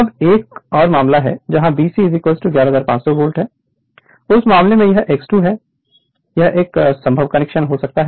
अब एक और 1 मामला BC 11500 वोल्ट है उस मामले में यह X2 है यह 1 संभव कनेक्शन है